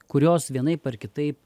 kurios vienaip ar kitaip